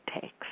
takes